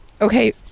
Okay